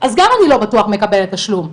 אז גם אני לא בטוח מקבלת תשלום.